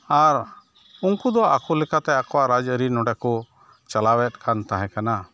ᱟᱨ ᱩᱱᱠᱩᱫᱚ ᱟᱠᱚ ᱞᱮᱠᱟᱛᱮ ᱟᱠᱚᱣᱟᱜ ᱨᱟᱡᱟᱹᱨᱤ ᱱᱚᱰᱮᱠᱚ ᱪᱟᱞᱟᱣᱮᱫᱠᱟᱱ ᱛᱟᱦᱮᱸᱠᱟᱱᱟ